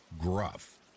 Gruff